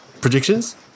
predictions